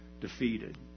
defeated